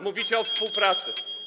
Mówicie o współpracy.